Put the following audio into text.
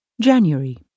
January